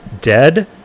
dead